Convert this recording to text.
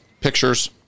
pictures